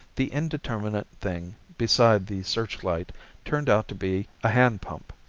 the indeterminate thing beside the searchlight turned out to be a hand pump,